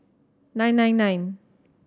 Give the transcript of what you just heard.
nine nine nine